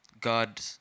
God